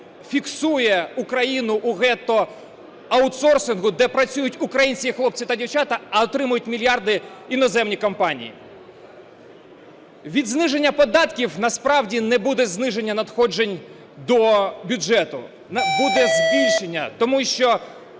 фіксує Україну у "гетто" аутсорсингу, де працюють українські хлопці та дівчата, а отримують мільярди іноземні компанії. Від зниження податків насправді не буде зниження надходжень до бюджету, буде збільшення, тому що